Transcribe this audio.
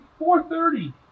4.30